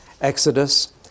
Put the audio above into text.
Exodus